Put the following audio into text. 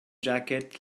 jacket